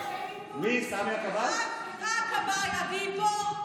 אתה יודע, סמי בא לעזור, הכבאי הגיבור.